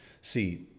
see